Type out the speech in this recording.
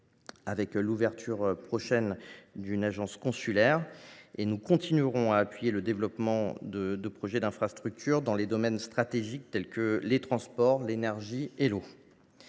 par l’ouverture prochaine d’une agence consulaire et nous continuerons à appuyer le développement de projets d’infrastructures dans les domaines stratégiques, tels que les transports, l’énergie et l’eau.